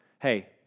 hey